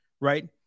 right